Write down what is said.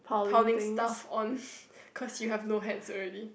piling stuff on cause you have no hands already